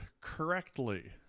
correctly